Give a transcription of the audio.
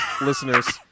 listeners